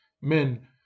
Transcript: men